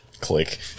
Click